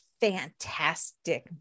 fantastic